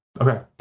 okay